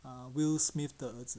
ah will smith 的儿子